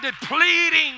depleting